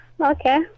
okay